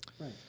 Right